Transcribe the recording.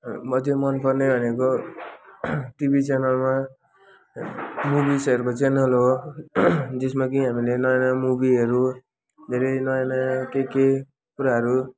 मध्ये मन पर्ने भनेको टिभी च्यानलमा मुभिसहरूको च्यानल हो जसमा कि हामीले नयाँ नयाँ मुभीहरू धेरै नयाँ नयाँ के के कुराहरू